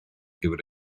gyfer